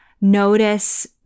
notice